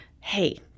hey